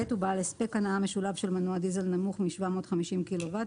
הוא בעל הספק הנעה משולב של מנוע דיזל נמוך מ- 750 kW,